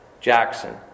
Jackson